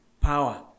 power